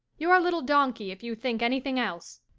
you're a little donkey if you think anything else.